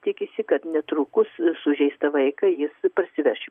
tikisi kad netrukus sužeistą vaiką jis parsiveš